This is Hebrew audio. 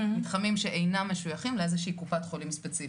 מתחמים שאינם משוייכים לאיזו שהיא קופת חולים ספציפית.